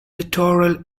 littoral